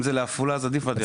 אם זה בעפולה, אז עדיף בדרך.